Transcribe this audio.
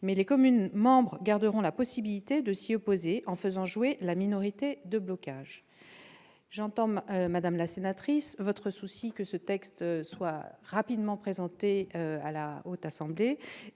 mais les communes membres garderont la possibilité de s'y opposer en faisant jouer la minorité de blocage. Vous formulez le voeu, madame la sénatrice, que ce texte soit rapidement présenté à la Haute Assemblée.